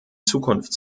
zukunft